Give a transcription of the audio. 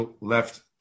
left